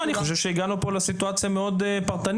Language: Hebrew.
אני חושב שהגענו פה לסיטואציה מאוד פרטנית.